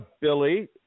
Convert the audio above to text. Billy